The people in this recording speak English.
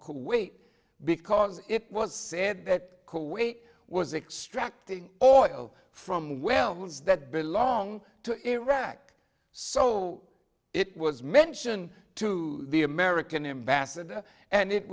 kuwait because it was said that kuwait was extracting oil from wells that belong to iraq so it was mention to the american ambassador and it